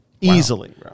easily